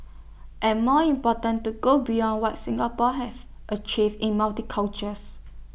and more important to go beyond what Singapore have achieved in multi cultures